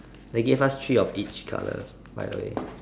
they give us three of each colour by the way